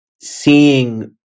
seeing